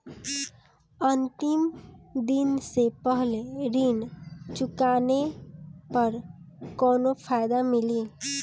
अंतिम दिन से पहले ऋण चुकाने पर कौनो फायदा मिली?